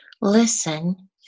Listen